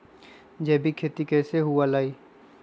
जैविक खेती कैसे हुआ लाई?